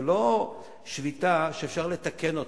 זו לא שביתה שאפשר לתקן אותה.